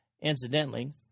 Incidentally